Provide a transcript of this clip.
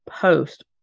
post